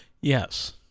Yes